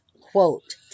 quote